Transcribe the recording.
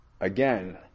Again